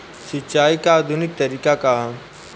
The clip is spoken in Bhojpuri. सिंचाई क आधुनिक तरीका का ह?